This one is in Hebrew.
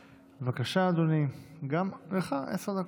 בבקשה, אדוני, גם לך עשר דקות.